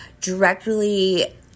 directly